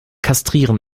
kastrieren